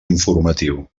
informatiu